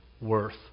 worth